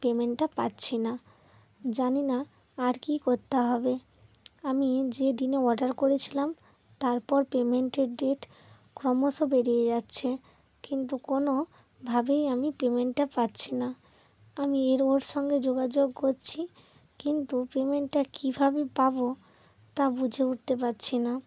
পেমেন্টটা পাচ্ছি না জানি না আর কি করতে হবে আমি যে দিনে অর্ডার করেছিলাম তারপর পেমেন্টের ডেট ক্রমশ পেরিয়ে যাচ্ছে কিন্তু কোনোভাবেই আমি পেমেন্টটা পাচ্ছি না আমি এর ওর সঙ্গে যোগাযোগ করছি কিন্তু পেমেন্টটা কীভাবে পাব তা বুঝে উঠতে পারছি না